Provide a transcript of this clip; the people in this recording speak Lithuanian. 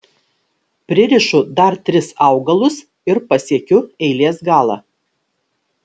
pririšu dar tris augalus ir pasiekiu eilės galą